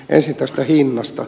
ensin tästä hinnasta